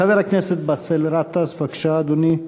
חבר הכנסת באסל גטאס, בבקשה, אדוני.